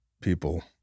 people